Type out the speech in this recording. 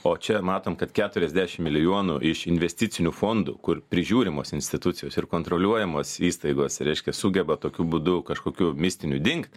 o čia matom kad keturiasdešimt milijonų iš investicinių fondų kur prižiūrimos institucijos ir kontroliuojamos įstaigos reiškia sugeba tokiu būdu kažkokiu mistiniu dingt